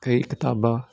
ਕਈ ਕਿਤਾਬਾਂ